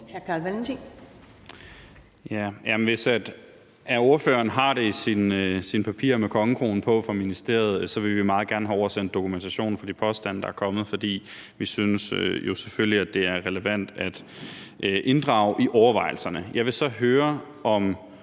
Hvis det står i ordførerens papirer med kongekrone på fra ministeriet, så vil vi meget gerne havde oversendt dokumentationen for de påstande, der er kommet, for vi synes jo selvfølgelig, at det er relevant at inddrage i overvejelserne.